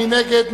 מי נגד?